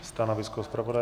Stanovisko zpravodaje?